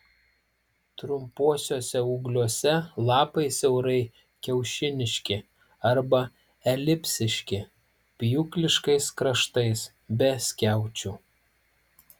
trumpuosiuose ūgliuose lapai siaurai kiaušiniški arba elipsiški pjūkliškais kraštais be skiaučių